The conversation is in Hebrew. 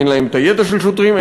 אין להם הידע של שוטרים,